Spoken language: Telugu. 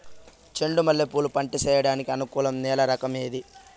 చెండు మల్లె పూలు పంట సేయడానికి అనుకూలం నేల రకం ఏది